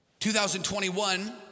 2021